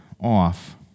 off